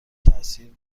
تاثیر